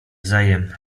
wzajem